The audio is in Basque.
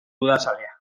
udazalea